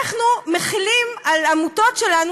אנחנו מחילים על עמותות שלנו,